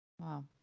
Wow